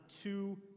two